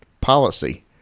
policy